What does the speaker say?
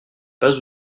pas